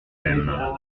mêmes